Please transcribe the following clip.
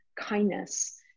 kindness